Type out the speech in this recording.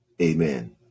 Amen